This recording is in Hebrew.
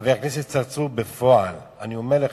חבר הכנסת צרצור, בפועל, אני אומר לך,